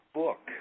book